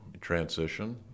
transition